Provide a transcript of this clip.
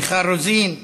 מיכל רוזין,